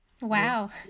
Wow